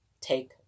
take